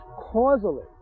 causally